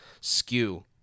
skew